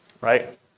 right